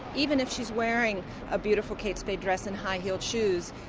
even if she's wearing a beautiful kate spade dress and high-heeled shoes,